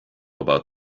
about